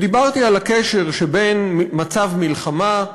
ודיברתי על הקשר שבין מצב מלחמה,